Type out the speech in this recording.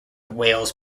wales